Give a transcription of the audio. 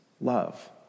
love